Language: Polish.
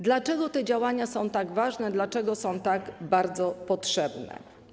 Dlaczego te działania są tak ważne, dlaczego są tak bardzo potrzebne?